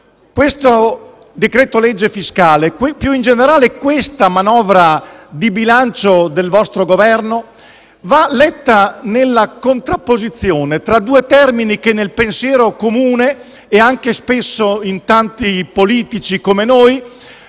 il decreto-legge fiscale e, più in generale, la manovra di bilancio del vostro Governo devono essere letti nella contrapposizione tra due termini che, nel pensiero comune e spesso in tanti politici come noi,